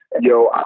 yo